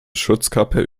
schutzkappe